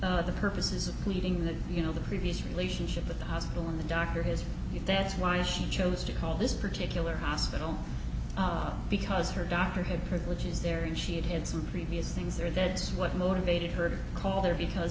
of the purposes of pleading the you know the previous relationship with the hospital and the doctor his if that's why she chose to call this particular hospital because her doctor had privileges there and she had had some previous things there that's what motivated her to call her because